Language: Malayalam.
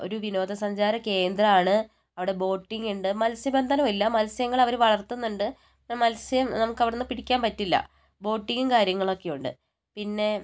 ഒരു വിനോദസഞ്ചാര കേന്ദ്രമാണ് അവിടെ ബോട്ടിംഗ് ഉണ്ട് മത്സ്യബന്ധനം ഇല്ല മത്സ്യങ്ങൾ അവര് വളർത്തുന്നുണ്ട് മത്സ്യം നമുക്ക് അവിടുന്ന് പിടിക്കാൻ പറ്റില്ല ബോട്ടിങ്ങും കാര്യങ്ങളൊക്കെയുണ്ട് പിന്നെ